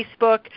Facebook